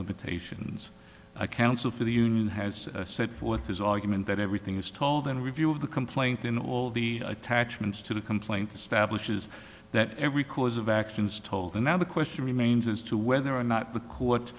limitations i counsel for the union has set forth his argument that everything is told in review of the complaint in all the attachments to the complaint establishes that every cause of action is told and now the question remains as to whether or not the co